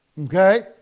Okay